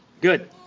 Good